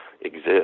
exist